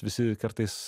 visi kartais